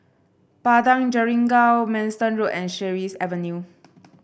Padang Jeringau Manston Road and Sheares Avenue